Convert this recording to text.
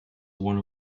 one